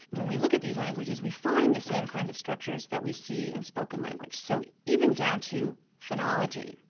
when we look at these languages we find the same kind of structures that we see in spoken language'. so even down to phonology.